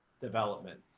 development